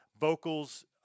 vocals